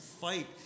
fight